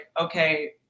okay